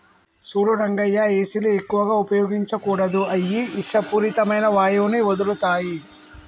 సూడు రంగయ్య ఏసీలు ఎక్కువగా ఉపయోగించకూడదు అయ్యి ఇషపూరితమైన వాయువుని వదులుతాయి